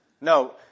No